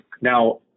Now